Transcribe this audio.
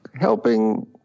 helping